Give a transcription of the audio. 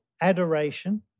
adoration